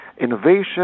innovation